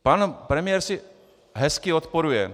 Pan premiér si hezky odporuje.